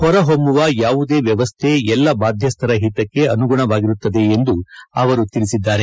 ಹೊರಹೊಮ್ಮುವ ಯಾವುದೇ ವ್ಯವಸ್ಥೆ ಎಲ್ಲ ಬಾಧ್ಯಸ್ಥರ ಹಿತಕ್ಕೆ ಅನುಗುಣವಾಗಿರುತ್ತದೆ ಎಂದು ಅವರು ತಿಳಿಸಿದ್ದಾರೆ